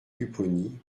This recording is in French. pupponi